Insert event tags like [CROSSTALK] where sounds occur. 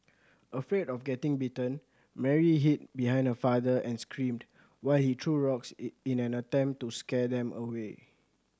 afraid of getting bitten Mary hid behind her father and screamed while he threw rocks [UNINTELLIGIBLE] in an attempt to scare them away